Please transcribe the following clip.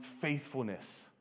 faithfulness